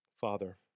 Father